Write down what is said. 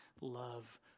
love